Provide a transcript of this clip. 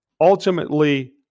ultimately